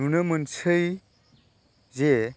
नुनो मोनसै जे